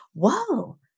whoa